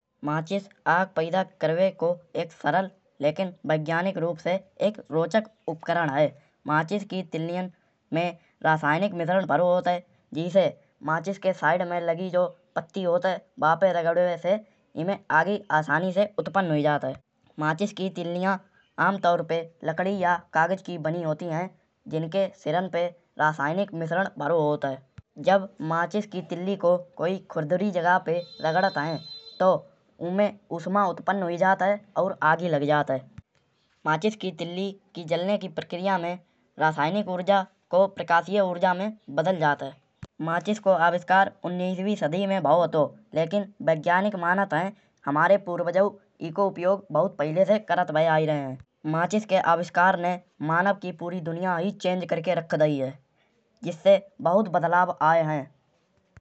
माचिस आग पैदा करवे को एक सरल लेकिन वैज्ञानिक रूप से एक रोचक उपकरण है। माचिस की तिल्लियाँ में रासायनिक मिश्रण भरो होत हैं। जेसे माचिस के साइड में लगी पट्टी होत है। वापे रगड़िबे से ईमे आगि आसानी से उत्पन्न हुई जात है। माचिस की तिल्लियाँ आम तौर पे लकड़ी या कागज की बनी होती हैं। जिनके सिरान पे रासायनिक मिश्रण भरो होत हैं। जब माचिस की तिल्लियाँ को कोई खुरदरी जगह पर रगड़त है। तौ ओमे उष्मा उत्पन्न हुई जात है। और आगि लगी जात है। माचिस की तिल्ली की जलने की प्रक्रिया में रासायनिक ऊर्जा को प्रकाशीय ऊर्जा में बदल जात है। माचिस को आविष्कार उन्नीसवीं सदी में भाव होतौ। लेकिन वैज्ञानिक मनत हैं। हमारे पुरवाजऊ ऐको उपयोग बहुत पहिले से करत भये आई रहे हैं। माचिस के आविष्कार ने मानव की पूरी दुनिया ही चेंज कर के रख दयी है।